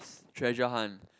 treasure hunt